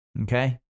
okay